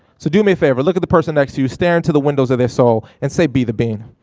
so do me a favor, look at the person next to you, stare into the windows of their soul and say, be the bean.